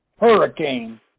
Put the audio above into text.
hurricane